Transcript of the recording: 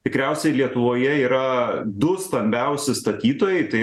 tikriausiai lietuvoje yra du stambiausi statytojai tai